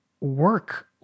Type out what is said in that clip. work